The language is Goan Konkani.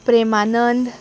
प्रेमानंद